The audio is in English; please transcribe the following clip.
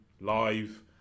Live